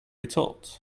retort